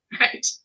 right